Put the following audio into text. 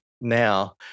now